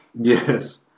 Yes